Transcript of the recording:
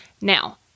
Now